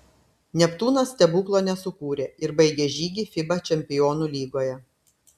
neptūnas stebuklo nesukūrė ir baigė žygį fiba čempionų lygoje